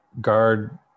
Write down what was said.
guard